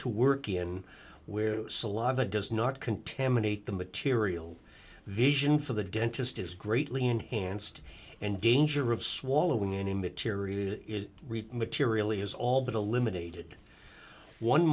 to work in where saliva does not contaminate the material vision for the dentist is greatly enhanced and danger of swallowing any material is materially has all but eliminated one